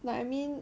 like I mean